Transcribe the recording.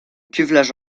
cuvelage